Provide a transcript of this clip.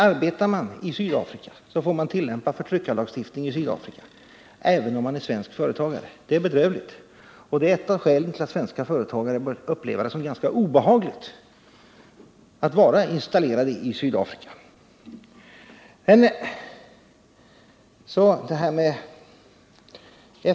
Arbetar man i Sydafrika får man tillämpa förtryckarlagstiftning i Sydafrika även om man är svensk företagare. Dei är bedrövligt. Och det borde vara ett skäl för svenska företagare att uppleva det som ganska obehagligt att vara installerad i Sydafrika.